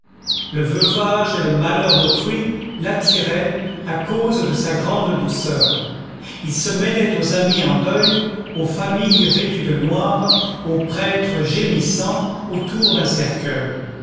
le veuvage et le malheur d'autrui l'attiraient à cause de sa grande douceur il se mêlait aux amis en deuil aux familles vêtues de noir aux prêtres gémissant autour d'un cercueil